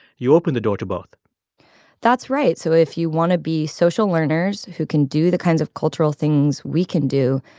you open the door to both that's right. so if you want to be social learners who can do the kinds of cultural things we can do,